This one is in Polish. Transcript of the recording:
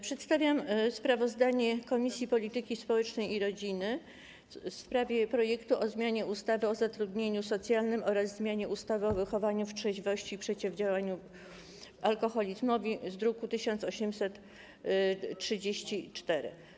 Przedstawiam sprawozdanie Komisji Polityki Społecznej i Rodziny o projekcie ustawy o zmianie ustawy o zatrudnieniu socjalnym oraz o zmianie ustawy o wychowaniu w trzeźwości i przeciwdziałaniu alkoholizmowi z druku nr 1834.